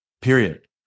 period